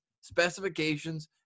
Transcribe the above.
specifications